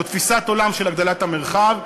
זאת תפיסת עולם של הגדלת המרחב.